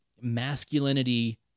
masculinity